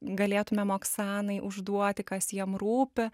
galėtumėm oksanai užduoti kas jiem rūpi